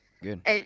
Good